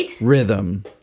rhythm